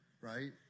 right